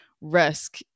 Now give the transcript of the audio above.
risk